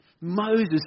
Moses